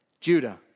Judah